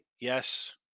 Yes